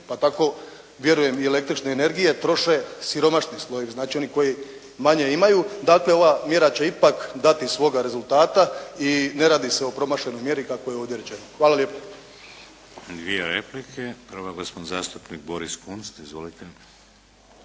pa tako vjerujem i električne energije troše siromašni slojevi. Znači oni koji manje imaju. Dakle ova mjera će ipak dati svoga rezultata i ne radi se o promašenoj mjeri kako je ovdje rečeno. **Šeks, Vladimir (HDZ)** Dvije replike. Prva gospodin zastupnik Boris Kunst. Izvolite.